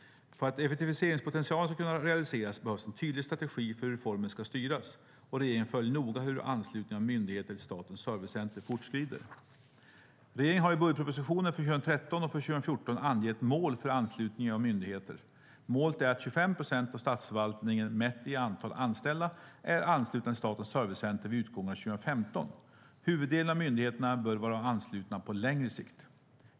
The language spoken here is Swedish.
För att effektiviseringspotentialen ska kunna realiseras behövs en tydlig strategi för hur reformen ska styras. Regeringen följer noga hur anslutningen av myndigheter till Statens servicecenter fortskrider. Regeringen har i budgetpropositionerna för 2013 och för 2014 angett mål för anslutningen av myndigheter. Målet är att 25 procent av statsförvaltningen, mätt i antal anställda, är anslutna till Statens servicecenter vid utgången av 2015. Huvuddelen av myndigheterna bör vara anslutna på längre sikt.